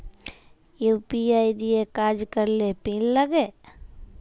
UPI দিঁয়ে কাজ ক্যরলে পিল লাগে